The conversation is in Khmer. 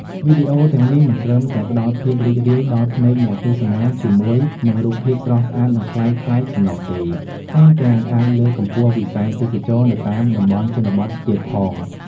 វីដេអូទាំងនេះមិនត្រឹមតែផ្តល់ភាពរីករាយដល់ភ្នែកអ្នកទស្សនាជាមួយនឹងរូបភាពស្រស់ស្អាត និងប្លែកៗប៉ុណ្ណោះទេ ថែមទាំងអាចលើកកម្ពស់វិស័យទេសចរណ៍នៅតាមតំបន់ជនបទទៀតផង។